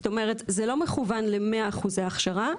זאת אומרת זה לא מכוון ל-100% הכשרה,